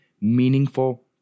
meaningful